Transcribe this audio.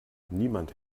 niemand